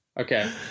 Okay